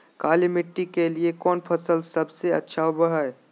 काली मिट्टी के लिए कौन फसल सब से अच्छा होबो हाय?